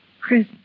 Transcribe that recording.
Chris